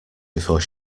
before